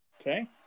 Okay